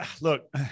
look